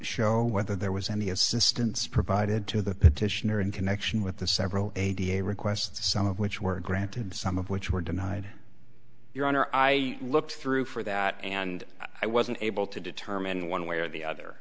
show whether there was any assistance provided to the petitioner in connection with the several eighty eight requests some of which were granted some of which were denied your honor i looked through for that and i wasn't able to determine one way or the other